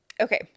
Okay